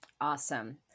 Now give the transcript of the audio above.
Awesome